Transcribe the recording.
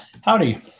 howdy